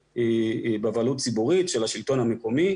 בבעלות ציבורית של השלטון המקומי,